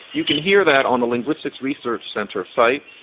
you can hear that on the linguistics research center site.